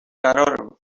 قرارمون